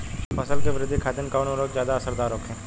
फसल के वृद्धि खातिन कवन उर्वरक ज्यादा असरदार होखि?